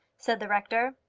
said the rector.